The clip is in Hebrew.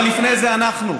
אבל לפני זה אנחנו,